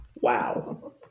Wow